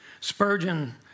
Spurgeon